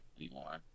anymore